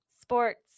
sports